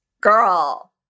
Girl